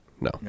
No